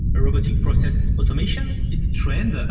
robotic process automation. it's trend, ah